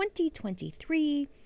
2023